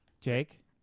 jake